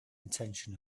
intention